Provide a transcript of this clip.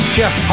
Jeff